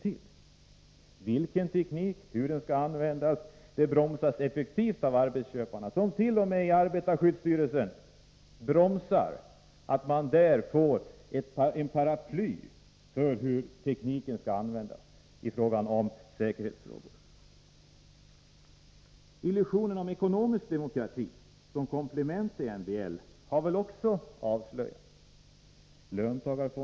Inflytande över vilken teknik som skall anskaffas och hur den skall användas bromsas effektivt av arbetsköparna, som t.o.m. arbetarskyddsstyrelsen hindrar att skapa ett paraply i fråga om hur tekniken får användas i säkerhetsfrågor. Illusionen om ekonomisk demokrati som komplement till MBL har väl också avslöjats.